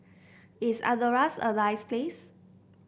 is Andorra a nice place